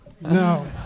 No